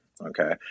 okay